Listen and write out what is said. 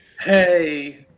hey